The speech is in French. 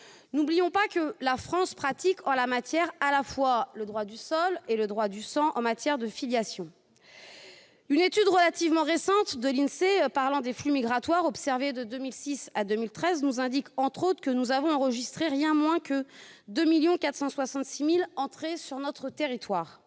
N'oublions pas que la France pratique en la matière à la fois le droit du sol et le droit du sang. Une étude relativement récente de l'INSEE sur les flux migratoires observés de 2006 à 2013 nous révèle, entre autres informations, que nous avons enregistré pas moins de 2,466 millions d'entrées sur notre territoire,